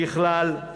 ככלל,